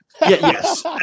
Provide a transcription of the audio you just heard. Yes